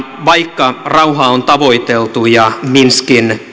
vaikka rauhaa on tavoiteltu ja minskin